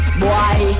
boy